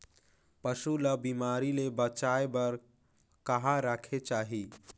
पशु ला बिमारी ले बचाय बार कहा रखे चाही?